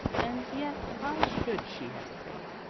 and yet why should she hesitate?